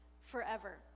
forever